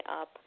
up